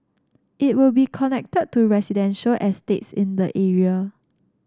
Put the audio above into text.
it will be connected to residential estates in the area